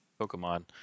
Pokemon